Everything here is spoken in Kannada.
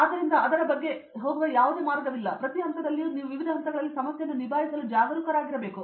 ಆದ್ದರಿಂದ ಅದರ ಬಗ್ಗೆ ಹೋಗುವ ಯಾವುದೇ ಮಾರ್ಗವಿಲ್ಲ ಮತ್ತು ಪ್ರತಿ ಹಂತದಲ್ಲಿಯೂ ನೀವು ವಿವಿಧ ಹಂತಗಳಲ್ಲಿ ಸಮಸ್ಯೆಯನ್ನು ನಿಭಾಯಿಸಲು ಜಾಗರೂಕರಾಗಿರಬೇಕು